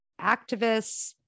activists